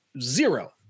zero